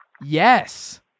Yes